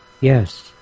yes